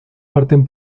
parten